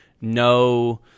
no